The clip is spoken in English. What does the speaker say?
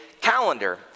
calendar